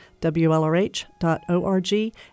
wlrh.org